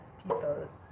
peoples